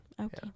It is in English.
Okay